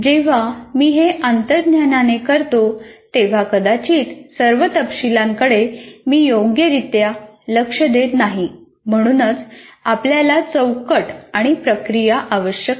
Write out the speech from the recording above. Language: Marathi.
जेव्हा मी हे अंतर्ज्ञानाने करतो तेव्हा कदाचित सर्व तपशीलांकडे मी योग्यरित्या लक्ष देत नाही म्हणूनच आपल्याला चौकट आणि प्रक्रिया आवश्यक आहे